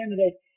candidate